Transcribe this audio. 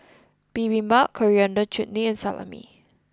Bibimbap Coriander Chutney and Salami